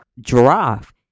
giraffe